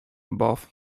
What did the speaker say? above